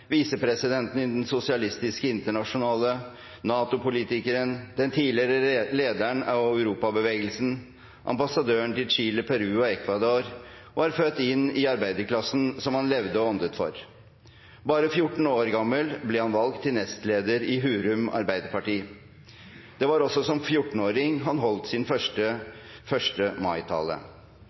visepresidenten i Sosialistiske Internasjonale, NATO-politikeren, den tidligere lederen av Europabevegelsen, ambassadøren til Chile, Peru og Ecuador, var født inn i arbeiderklassen, som han levde og åndet for. Bare 14 år gammel ble han valgt til nestleder i Hurum Arbeiderparti. Det var også som 14-åring han holdt sin første